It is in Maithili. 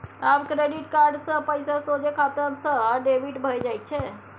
आब क्रेडिट कार्ड क पैसा सोझे खाते सँ डेबिट भए जाइत छै